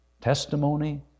Testimony